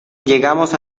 llegamos